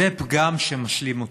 זה פגם שמשלים אותי,